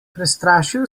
prestrašil